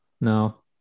No